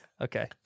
Okay